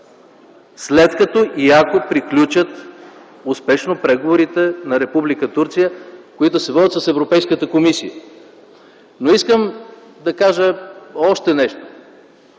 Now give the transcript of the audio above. след като и ако приключат успешно преговорите на Република Турция, които се водят с Европейската комисия. Но искам да кажа още нещо.